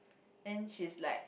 and she's like